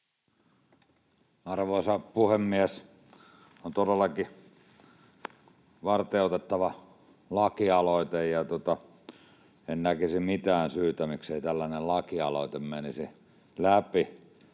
Arvoisa puhemies! On todellakin varteenotettava lakialoite, ja en näkisi mitään syytä, miksi ei tällainen lakialoite menisi läpi.